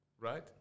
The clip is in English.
Right